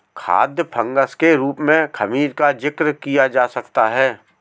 खाद्य फंगस के रूप में खमीर का जिक्र किया जा सकता है